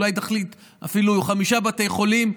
אולי תחליט אפילו על חמישה בתי חולים.